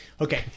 Okay